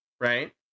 Right